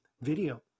video